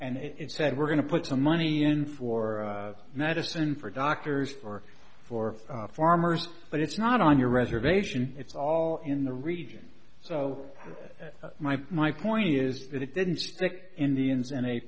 and it said we're going to put some money in for medicine for doctors or for farmers but it's not on your reservation it's all in the region so my point is that it didn't stick indians in a